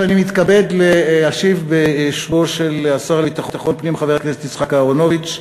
אני מתכבד להשיב בשמו של השר לביטחון פנים חבר הכנסת יצחק אהרונוביץ.